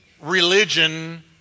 religion